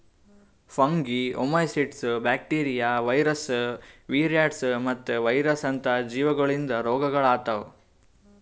fungi, oomycetes, bacteria, virus, viroids ಮತ್ತ virus ಅಂತ ಜೀವಿಗೊಳಿಂದ್ ರೋಗಗೊಳ್ ಆತವ್